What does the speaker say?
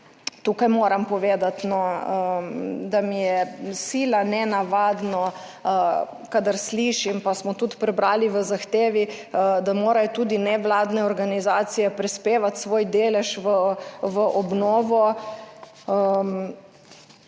tukaj moram povedati, da mi je sila nenavadno, kadar slišim, pa smo tudi prebrali v zahtevi, da morajo tudi nevladne organizacije prispevati svoj delež v obnovo.